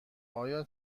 آیا